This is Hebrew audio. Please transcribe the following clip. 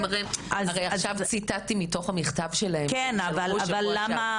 עכשיו ציטטתי מתוך המכתב שלהם, והם